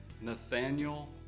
Nathaniel